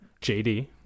JD